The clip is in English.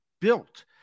built